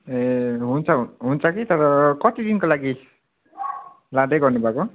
ए हुन्छ हुन्छ कि तर कति दिनको लागि लाँदै गर्नु भएको